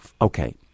Okay